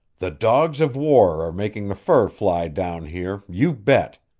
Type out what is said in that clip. the dogs of war are making the fur fly down here, you bet!